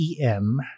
EM